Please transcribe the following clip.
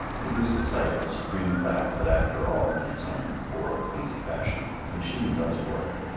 he loses sight of the supreme fact that after all, in its own poor, clumsy fashion, the machine does work.